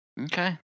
Okay